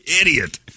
Idiot